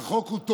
כשהחוק הוא טוב,